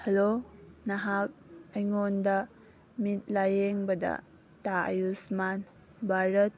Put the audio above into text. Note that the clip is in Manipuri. ꯍꯜꯂꯣ ꯅꯍꯥꯛ ꯑꯩꯉꯣꯟꯗ ꯃꯤꯠ ꯂꯥꯏꯌꯦꯡꯕꯗ ꯇ ꯑꯌꯨꯁꯃꯥꯟ ꯚꯥꯔꯠ